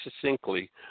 succinctly